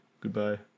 Goodbye